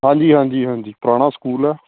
ਹਾਂਜੀ ਹਾਂਜੀ ਹਾਂਜੀ ਪੁਰਾਣਾ ਸਕੂਲ ਆ